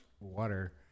water